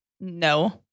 No